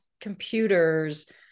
computers